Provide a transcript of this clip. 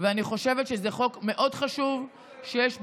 אני חושבת שזה חוק חשוב מאוד, שיש בו,